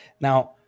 Now